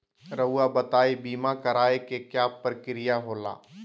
रहुआ बताइं बीमा कराए के क्या प्रक्रिया होला?